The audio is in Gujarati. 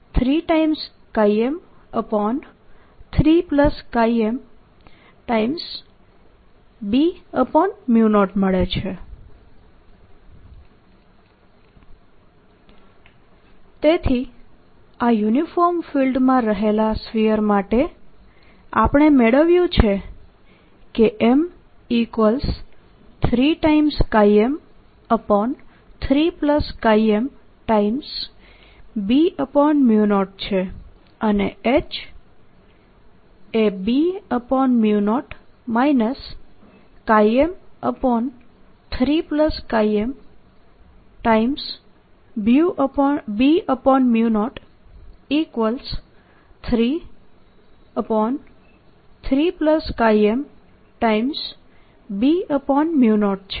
M H M3 HinsideHappliedHdue to MB0 M3 MMB0 MM3 M3M3MB0 તેથી આ યુનિફોર્મ ફિલ્ડમાં રહેલા સ્ફીયર માટે આપણે મેળવ્યું છે કે M3M3MB0 છે અને H એ B0 M3MB033MB0 છે